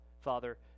Father